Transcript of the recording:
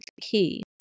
key